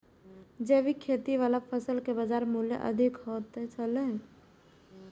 जैविक खेती वाला फसल के बाजार मूल्य अधिक होयत छला